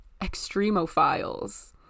extremophiles